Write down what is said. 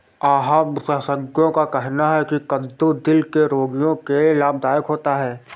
आहार विशेषज्ञों का कहना है की कद्दू दिल के रोगियों के लिए लाभदायक होता है